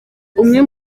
umwe